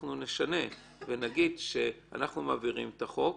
אנחנו נשנה ונגיד שאנחנו מעבירים את החוק,